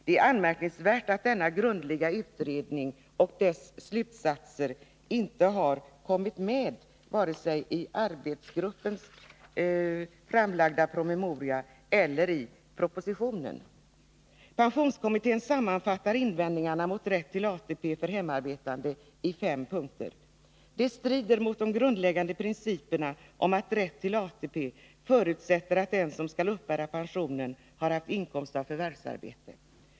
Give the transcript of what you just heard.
Det är anmärkningsvärt att denna grundliga utredning och dess slutsatser inte har kommit med vare sig i arbetsgruppens framlagda promemoria eller i propositionen. Pensionskommittén sammanfattar invändningarna mot rätt till ATP för hemarbetande i fem punkter: 1. Det strider mot de grundläggande principerna om att rätt till ATP förutsätter att den som skall uppbära pensionen har haft inkomst av förvärvsarbete.